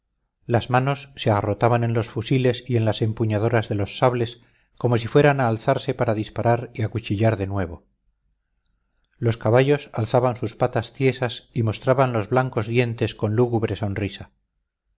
las manos se agarrotaban en los fusiles y en las empuñaduras de los sables como si fueran a alzarse para disparar y acuchillar de nuevo los caballos alzaban sus patas tiesas y mostraban los blancos dientes con lúgubre sonrisa